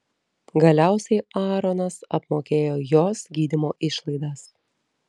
galiausiai aaronas apmokėjo jos gydymo išlaidas